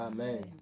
Amen